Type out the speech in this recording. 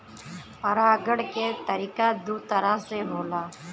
परागण के तरिका दू तरह से होला